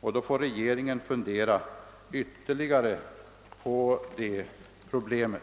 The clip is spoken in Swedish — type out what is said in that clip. och då får regeringen fundera ytterligare på problemet.